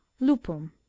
lupum